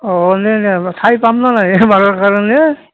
অঁ হ'লনে নাই ঠাই পামনে নাই মাৰিবৰ কাৰণে